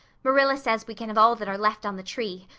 marilla says we can have all that are left on the tree.